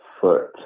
foot